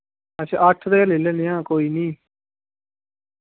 अट्ठ ते लेई लैने आं कोई निं